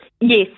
Yes